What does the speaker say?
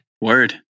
Word